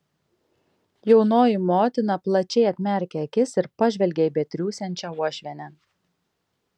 jaunoji motina plačiai atmerkė akis ir pažvelgė į betriūsiančią uošvienę